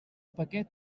paquet